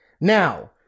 Now